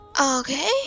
Okay